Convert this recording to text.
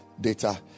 data